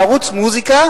בערוץ מוזיקה,